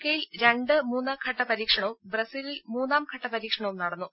കെയിൽ രണ്ട് മൂന്ന് ഘട്ട പരീക്ഷണവും ബ്രസീലിൽ മൂന്നാംഘട്ട പരീക്ഷണവും നടന്നു